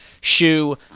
shoe